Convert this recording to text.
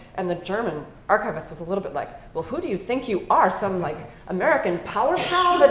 and the german archivist was a little bit like, well, who do you think you are, some like american powerhouse?